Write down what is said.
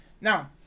Now